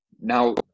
Now